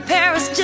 Paris